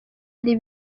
ari